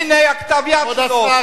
הנה כתב היד שלו,